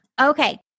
Okay